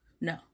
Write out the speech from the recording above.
No